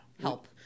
help